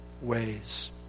ways